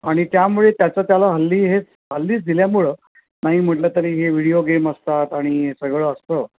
आणि त्यामुळे त्याचं त्याला हल्ली हे हल्लीच दिल्यामुळं नाही म्हटलं तरी हे विडीयो गेम असतात आणि सगळं असतं